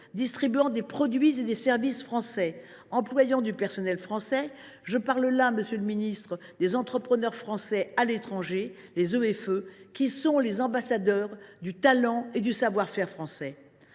distribuent des produits et services français et emploient du personnel français. Je parle ici des entrepreneurs français à l’étranger, les EFE, qui sont les ambassadeurs du talent et du savoir faire français.